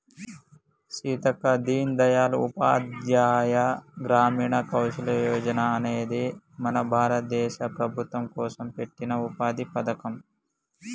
సీతక్క దీన్ దయాల్ ఉపాధ్యాయ గ్రామీణ కౌసల్య యోజన అనేది మన భారత ప్రభుత్వం కోసం పెట్టిన ఉపాధి పథకం